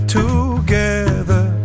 together